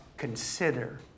Consider